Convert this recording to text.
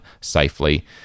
safely